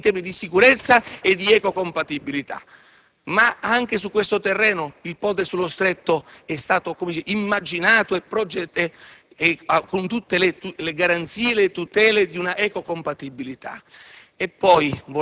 in termini di sicurezza e di ecocompatibilità. Anche su questo terreno il Ponte sullo Stretto è stato immaginato con tutte le garanzie e le tutele di ecocompatibilità.